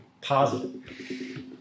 positive